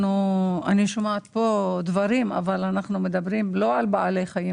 אנחנו לא מדברים על בעלי חיים,